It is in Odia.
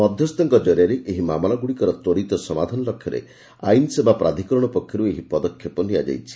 ମଧସ୍ଥଙ୍କ ଜରିଆରେ ଏହି ମାମଲାଗୁଡ଼ିକର ତ୍ୱରିତ ସମାଧାନ ଲକ୍ଷ୍ୟରେ ଆଇନ୍ସେବା ପ୍ରାଧିକରଣ ପକ୍ଷରୁ ଏହି ପଦକ୍ଷେପ ନିଆଯାଇଛି